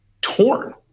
torn